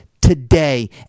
today